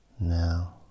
Now